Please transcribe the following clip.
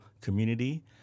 community